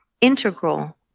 integral